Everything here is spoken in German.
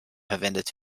verwendet